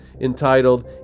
entitled